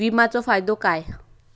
विमाचो फायदो काय?